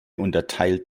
unterteilt